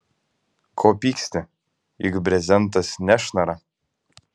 ko pyksti juk brezentas nešnara